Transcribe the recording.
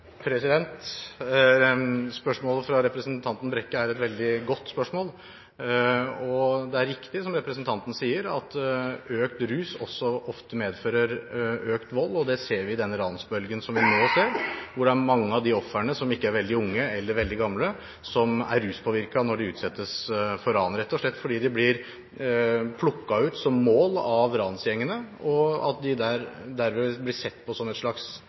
Spørsmålet fra representanten Brekke er veldig godt. Det er riktig som representanten sier, at økt rus også ofte medfører økt vold. Det ser vi i denne ransbølgen, hvor mange av de ofrene som ikke er veldig unge eller veldig gamle, er ruspåvirket når de utsettes for ran. De blir rett og slett plukket ut som mål av ransgjengene, og de blir dermed sett på som et slags